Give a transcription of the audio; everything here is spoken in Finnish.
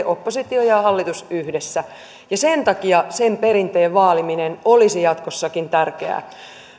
oppositio ja ja hallitus yhdessä ja sen perinteen vaaliminen olisi jatkossakin tärkeää